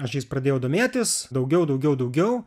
aš jais pradėjau domėtis daugiau daugiau daugiau